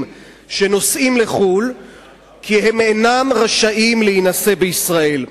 שנוסעים לחו"ל כי הם אינם רשאים להינשא בישראל.